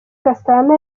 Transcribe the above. gasana